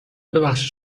ببخشید